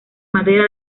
madera